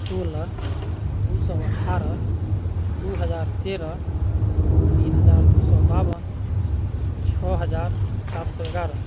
सोलह दू सओ अठारह दू हजार तेरह तीन हजार दू सओ बावन छओ हजार सात सओ एगारह